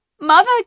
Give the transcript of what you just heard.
Mother